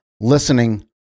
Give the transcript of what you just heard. listening